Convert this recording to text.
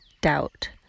Doubt